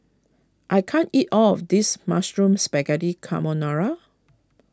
I can't eat all of this Mushroom Spaghetti Carbonara